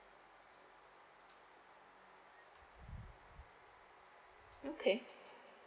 okay